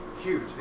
Huge